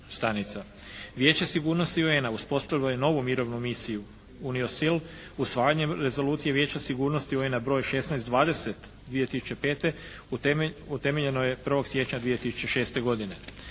stanica. Vijeće sigurnosti UN-a uspostavilo je novu Mirovnu misiju UNIOSIL usvajanjem rezolucije Vijeća sigurnosti UN-a broj 1620 2005. utemeljeno je 1. siječnja 2006. godine.